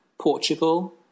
Portugal